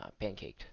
pancaked